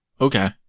Okay